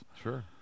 Sure